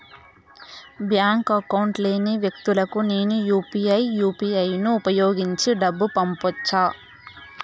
Bank account లేని వ్యక్తులకు నేను యు పి ఐ యు.పి.ఐ ను ఉపయోగించి డబ్బు పంపొచ్చా?